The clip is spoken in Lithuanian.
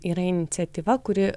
yra iniciatyva kuri